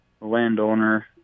landowner